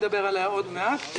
שנדבר עליה עוד מעט,